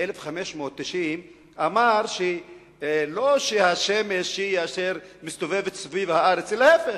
שב-1590 אמר שלא שהשמש היא אשר מסתובבת סביב הארץ אלא ההיפך,